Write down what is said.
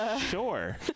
Sure